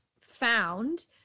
found